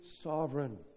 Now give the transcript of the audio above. sovereign